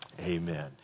Amen